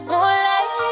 Moonlight